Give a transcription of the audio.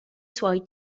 suoi